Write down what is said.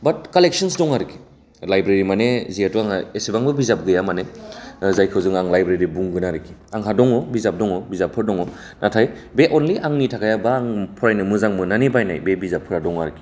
बाट collections दं आरखि library माने जिहेथु आंना इसेबांबो बिजाब गैया माने जायखौ आं लाइब्रेरि बुंगोन आरखि आंहा दङ बिजाब दङ बिजाबफोर दङ नाथाय बे अनलि आंनि थाखाय बा फरायनो मोजां मोननानै बायनाय बे बिजाबफोरा दं आरखि